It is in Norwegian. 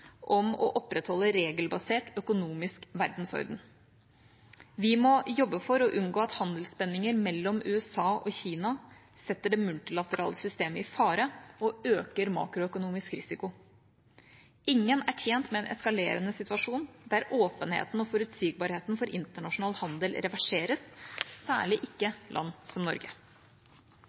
om å opprettholde en regelbasert økonomisk verdensorden. Vi må jobbe for å unngå at handelsspenninger mellom USA og Kina setter det multilaterale systemet i fare og øker makroøkonomisk risiko. Ingen er tjent med en eskalerende situasjon der åpenheten og forutsigbarheten for internasjonal handel reverseres, særlig ikke land som Norge.